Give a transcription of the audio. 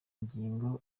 ngingo